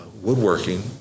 woodworking